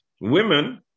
Women